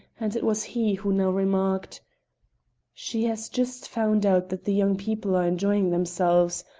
and it was he who now remarked she has just found out that the young people are enjoying themselves.